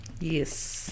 Yes